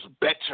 better